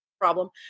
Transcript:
problem